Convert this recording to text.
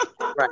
Right